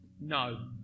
No